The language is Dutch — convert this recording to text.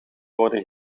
worden